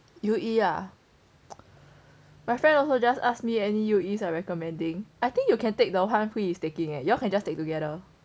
U_E ah my friend also just ask me any U_E I recommending I think you can take the [one] is taking eh you all can just take together